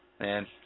Man